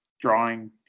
drawing